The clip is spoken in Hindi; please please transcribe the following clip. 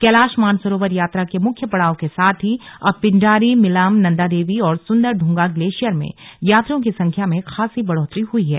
कैलाश मानसरोवर यात्रा के मुख्य पड़ाव के साथ ही अब पिंडारी मिलम नंदादेवी और सुंदरदूंगा ग्लेसियर में यात्रियों की संख्या में खासी बढ़ोत्तरी हई है